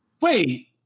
Wait